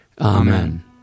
Amen